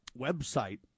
website